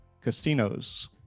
casinos